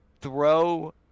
throw